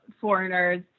foreigners